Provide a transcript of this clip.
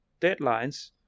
deadlines